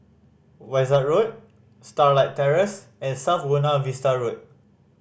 Wishart Road Starlight Terrace and South Buona Vista Road